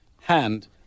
hand